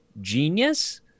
genius